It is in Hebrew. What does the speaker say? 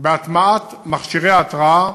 בהטמעת מכשירי ההתרעה.